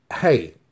hey